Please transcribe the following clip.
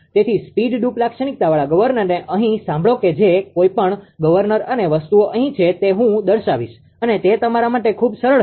તેથી speed droop લાક્ષણિકતાવાળા ગવર્નરને અહી સાંભળો કે જે કઈ પણ ગવર્નર અને વસ્તુઓ અહી છે તે હું દર્શાવીશ અને તે તમારા માટે ખુબ સરળ હશે